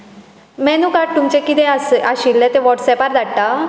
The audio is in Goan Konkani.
मेनूकार्ड तुमचें कितें आशिल्लें तें वॉट्सेपार धाडटा